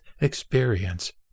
experience